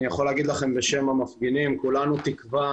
אני יכול לומר לכם בשם המפגינים שכולנו תקווה